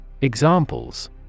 Examples